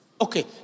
Okay